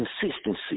consistency